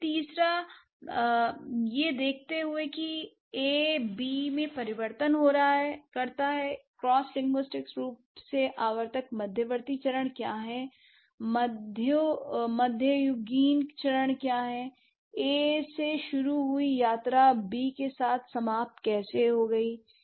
फिर तीसरा यह देखते हुए कि ए A बी B में परिवर्तन करता है क्रॉस लिंग्विस्टिक रूप से आवर्तक मध्यवर्ती चरण क्या हैं मध्ययुगीन चरण क्या हैं l ए से शुरू हुई यात्रा बी के साथ समाप्त कैसे हो गई है